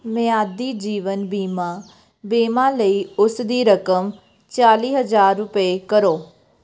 ਮਿਆਦੀ ਜੀਵਨ ਬੀਮਾ ਬੀਮਾ ਲਈ ਉਸ ਦੀ ਰਕਮ ਚਾਲ੍ਹੀ ਹਜ਼ਾਰ ਰੁਪਏ ਕਰੋ